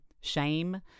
shame